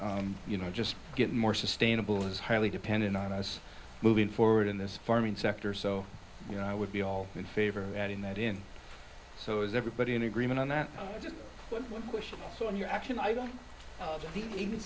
and you know just getting more sustainable is highly dependent on us moving forward in this farming sector so you know i would be all in favor of that in that in so is everybody in agreement on that just one question on your action i don't even